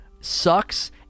sucks